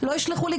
לא ישלחו לי.